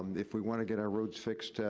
if we wanna get our roads fixed,